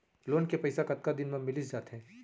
Loan के पइसा कतका दिन मा मिलिस जाथे?